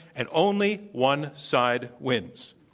and only one side wins.